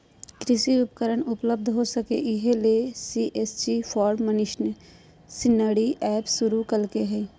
कृषि उपकरण उपलब्ध हो सके, इहे ले सी.एच.सी फार्म मशीनरी एप शुरू कैल्के हइ